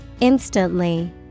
Instantly